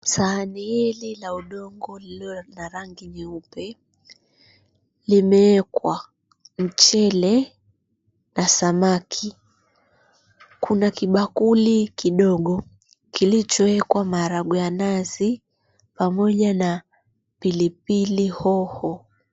Sahani hili la udongo lililo na rangi nyeupe, limewekwa mchele na samaki. Kuna kibakuli kidogo kilichowekwa maharagwe ya nazi, pamoja na pilipili hoho.